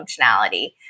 functionality